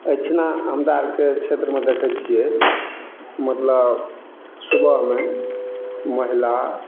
एहिठिना हमरा आरके क्षेत्रमे देखै छियै मतलब सुबहमे महिला